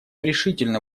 решительно